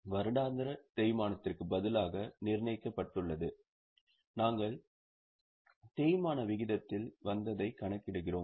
வருடாந்திர தேய்மானத்திற்கு பதிலாக நிர்ணயிக்கப்பட்டுள்ளதை நாம் தேய்மான விகிதத்தில் கணக்கிடுகிறோம்